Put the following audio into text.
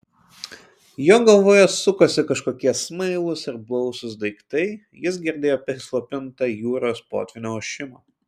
jo galvoje sukosi kažkokie smailūs ir blausūs daiktai jis girdėjo prislopintą jūros potvynio ošimą